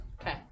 Okay